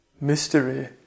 mystery